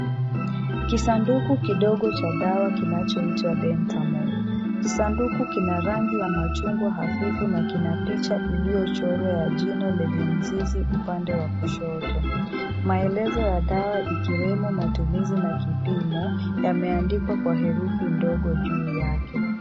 Kisanduku kidogo cha dawa kinachoitwa Dentamol. Kisanduku kina rangi ya machungwa hafifu na kina picha iliyochorwa ya jino lenye mizizi upande wa kushoto. Maelezo ya dawa ikiwemo matumizi na kipimo yameandikwa kwa herufi ndogo juu yake.